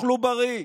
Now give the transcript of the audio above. תאכלו בריא,